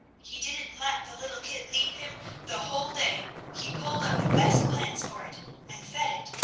he didn't let the little kid leave him the whole day he pulled up the best plants for it and fed it,